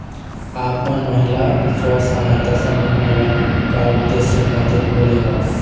आप मन महिला स्व सहायता समूह ल का उद्देश्य खातिर खोले हँव?